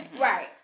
Right